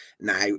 Now